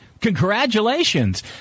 Congratulations